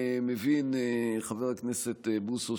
חבר הכנסת בוסו,